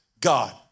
God